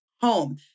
home